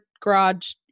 garage